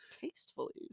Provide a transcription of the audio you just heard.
Tastefully